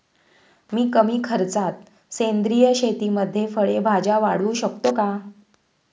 मी कमी खर्चात सेंद्रिय शेतीमध्ये फळे भाज्या वाढवू शकतो का?